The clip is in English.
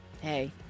Hey